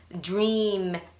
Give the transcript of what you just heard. dream